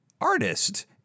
artist